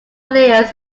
layers